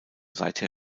seither